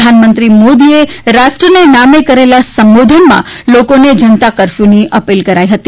પ્રધાનમંત્રી શ્રી નરેન્દ્ર મોદીએ રાષ્ટ્રને નામે કરેલા સંબોધનમાં લોકોને જનતા કરર્ફથુની અપીલ કરી હતી